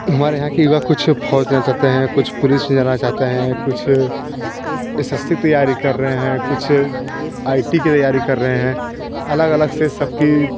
हमारे यहाँ के कुछ युवा फौज में जाना जाते है कुछ पुलिस में जाना चाहते हैं कुछ एस एस सी की तैयारी कर रहे हैं कुछ आई आई टी की तैयारी कर रहे हैं अलग अलग से सब की